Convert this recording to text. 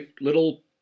little